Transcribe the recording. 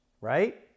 right